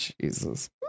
Jesus